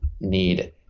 need